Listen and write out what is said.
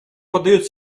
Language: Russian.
подает